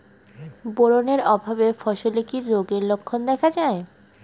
Boron এর অভাবে ফসলে কি রোগের লক্ষণ দেখা যায়?